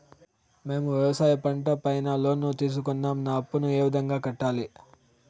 మేము వ్యవసాయ పంట పైన లోను తీసుకున్నాం నా అప్పును ఏ విధంగా కట్టాలి